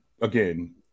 again